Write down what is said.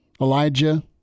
elijah